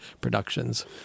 productions